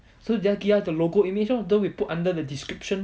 so just give us the logo image lor then we put under the description lor